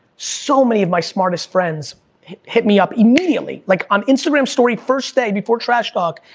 so many of my smartest friends hit me up immediately. like on instagram story first day, before trash talk,